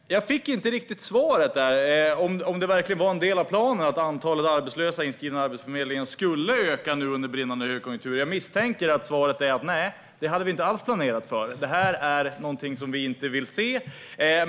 Jag fick inte något riktigt svar på om det verkligen var en del av planen att antalet arbetslösa inskrivna på Arbetsförmedlingen skulle öka nu under brinnande högkonjunktur. Jag misstänker att svaret är: Nej, det hade vi inte alls planerat för. Detta är någonting som vi inte vill se.